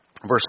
Verse